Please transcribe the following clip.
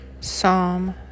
Psalm